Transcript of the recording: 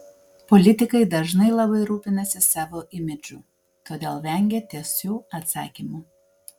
politikai dažnai labai rūpinasi savo imidžu todėl vengia tiesių atsakymų